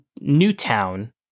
Newtown